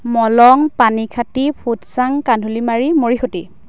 মলং পানীখাতি ফুটছাং কান্ধুলিমাৰি মৰিসুঁতি